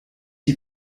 die